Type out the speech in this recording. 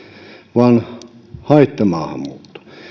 vaan haittamaahanmuutto